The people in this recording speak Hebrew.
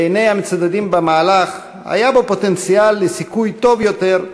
בעיני המצדדים במהלך היה בו פוטנציאל לסיכוי טוב יותר,